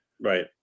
Right